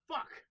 Fuck